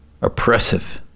oppressive